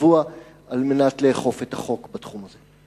קבוע על מנת לאכוף את החוק בתחום הזה?